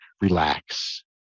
Relax